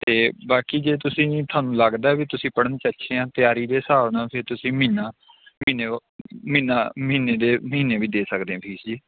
ਅਤੇ ਬਾਕੀ ਜੇ ਤੁਸੀਂ ਤੁਹਾਨੂੰ ਲੱਗਦਾ ਵੀ ਤੁਸੀਂ ਪੜ੍ਹਨ 'ਚ ਅੱਛੇ ਆ ਤਿਆਰੀ ਦੇ ਹਿਸਾਬ ਨਾਲ ਤਾਂ ਤੁਸੀਂ ਮਹੀਨਾ ਮਹੀਨੇ ਮਹੀਨਾ ਮਹੀਨੇ ਦੇ ਮਹੀਨੇ ਵੀ ਸਕਦੇ ਆ ਫੀਸ ਜੀ